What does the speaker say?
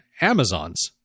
Amazon's